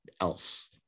else